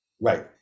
Right